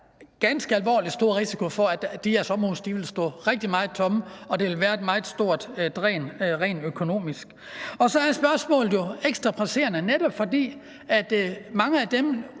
der ganske alvorlig stor risiko for, at de her sommerhuse vil stå rigtig meget tomme, og at det vil være et meget stort dræn rent økonomisk. Og så er spørgsmålet jo ekstra presserende, netop fordi mange af de